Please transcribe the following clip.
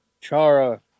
Chara